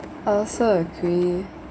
I also agree